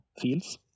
fields